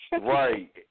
right